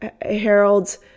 Harold